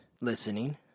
Listening